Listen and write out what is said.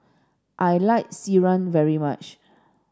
I like Sireh very much